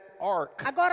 Ark